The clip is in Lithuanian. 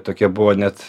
tokia buvo net